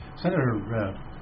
Senator